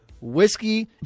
whiskey